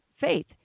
faith